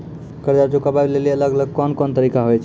कर्जा चुकाबै लेली अलग अलग कोन कोन तरिका होय छै?